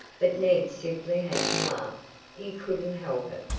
but ned simply had to laugh he couldn't help it,